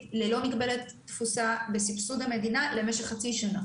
ללא מגבלת תפוסה בסבסוד המדינה למשך חצי שנה.